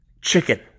chicken